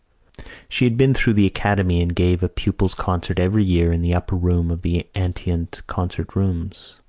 she had been through the academy and gave a pupils' concert every year in the upper room of the antient concert rooms.